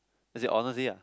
as in honestly ah